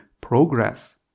progress